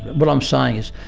what i'm saying is,